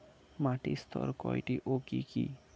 মাটির স্তর কয়টি ও কি কি?